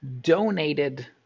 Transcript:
donated